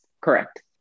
correct